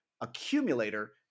accumulator